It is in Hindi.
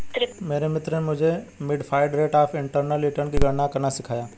मेरे मित्र ने मुझे modified rate of internal return की गणना करना सिखाया